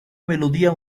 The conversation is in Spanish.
melodía